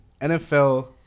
NFL